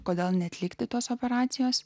kodėl neatlikti tos operacijos